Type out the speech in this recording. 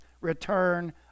return